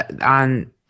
on